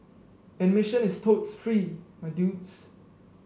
admission is totes free my dudes